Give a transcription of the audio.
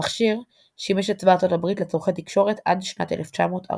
המכשיר שימש את צבא ארצות הברית לצורכי תקשורת עד שנת 1942.